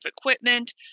equipment